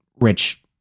rich